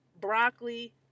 broccoli